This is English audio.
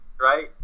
right